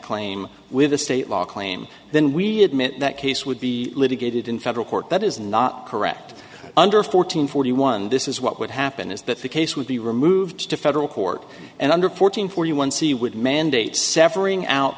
claim with a state law claim then we admit that case would be litigated in federal court that is not correct under fourteen forty one this is what would happen is that the case would be removed to federal court and under fourteen forty one see would mandate severing out